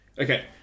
Okay